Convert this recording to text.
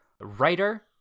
writer